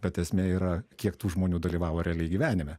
bet esmė yra kiek tų žmonių dalyvavo realiai gyvenime